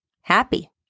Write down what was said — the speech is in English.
Happy